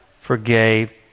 forgave